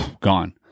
gone